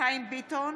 חיים ביטון,